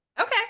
Okay